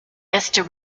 ester